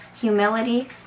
humility